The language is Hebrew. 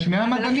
יש 200 מדענים?